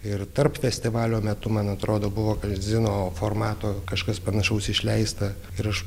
ir tarp festivalio metu man atrodo buvo kazino formato kažkas panašaus išleista ir aš